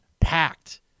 packed